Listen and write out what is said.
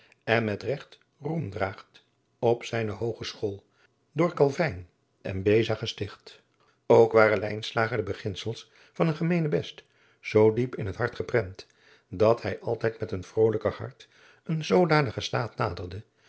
en met regt roem draagt op zijne hoogeschool door kalvyn en beza gesticht ook waren lijnslager de beginsels van een gemeenebest zoo diep in het hart geprent dat hij altijd met een vrolijker hart een zoodanigen staat naderde